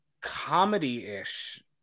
comedy-ish